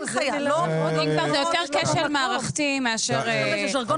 אם כבר, זה יותר כשל מערכתי מאשר בחירה.